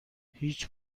هیچ